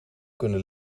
kunnen